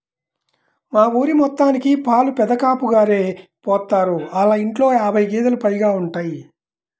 మా ఊరి మొత్తానికి పాలు పెదకాపుగారే పోత్తారు, ఆళ్ళ ఇంట్లో యాబై గేదేలు పైగా ఉంటయ్